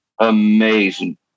Amazing